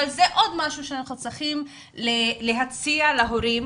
זה עוד משהו שאנחנו צריכים להציע להורים.